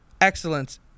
excellence